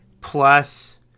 Plus